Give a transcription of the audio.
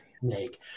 Snake